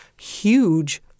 huge